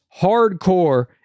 hardcore